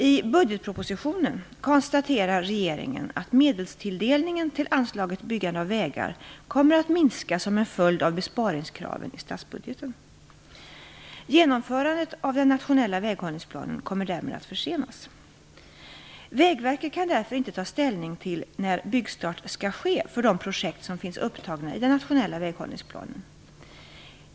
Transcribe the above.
I budgetpropositionen konstaterar regeringen att medelstilldelningen till anslaget Byggande av vägar kommer att minska som en följd av besparingskraven i statsbudgeten. Genomförandet av den nationella väghållningsplanen kommer därmed att försenas. Vägverket kan därför inte ta ställning till när byggstart skall ske för de projekt som finns upptagna i den nationella väghållningsplanen.